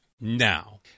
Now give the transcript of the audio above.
now